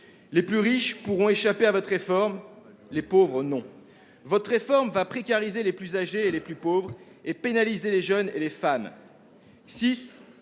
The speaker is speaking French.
Les plus riches pourront échapper à votre réforme, les pauvres, non. Votre réforme va précariser les plus âgés et les plus pauvres, et pénaliser les jeunes et les femmes.